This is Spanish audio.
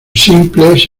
simples